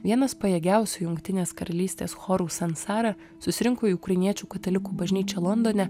vienas pajėgiausių jungtinės karalystės chorų sansara susirinko į ukrainiečių katalikų bažnyčią londone